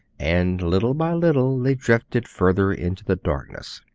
and little by little they drifted further into the darkness.